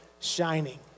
shining